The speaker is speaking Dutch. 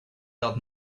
dat